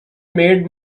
made